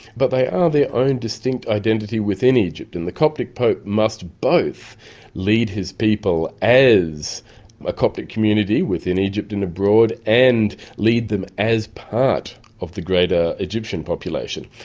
but they are their own distinct identity within egypt. and the coptic pope must both lead his people as a coptic community within egypt and abroad and lead them as part of the greater egyptian population.